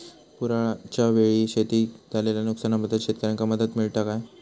पुराच्यायेळी शेतीत झालेल्या नुकसनाबद्दल शेतकऱ्यांका मदत मिळता काय?